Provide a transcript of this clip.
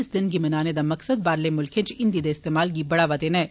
इस दिन गी मनाने दा मकसद बाहरले मुल्खे इच हिंदी दे इस्तेमाल गी बढ़ावा देना ऐ